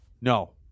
No